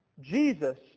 Jesus